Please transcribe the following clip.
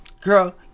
Girl